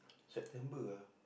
September ah